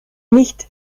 nicht